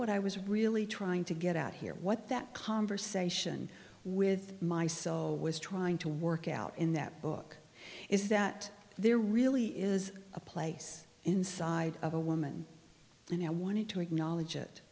what i was really trying to get out here what that conversation with my soul was trying to work out in that book is that there really is a place inside of a woman and i wanted to acknowledge it